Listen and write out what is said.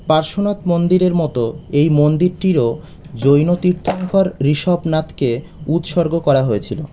পার্শ্বনাথ মন্দিরের মতো এই মন্দিরটিরও জৈন তীর্থঙ্কর ঋষভনাথকে উৎসর্গ করা হয়েছিল